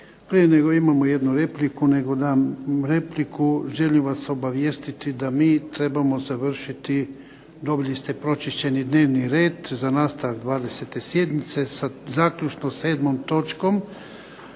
Prije nego imamo jednu repliku, nego dam repliku, želim vas obavijestiti da mi trebamo završiti, dobili ste pročišćeni dnevni red za nastavak 20. sjednice sa zaključno 7. točkom,